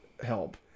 help